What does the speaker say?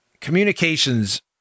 communications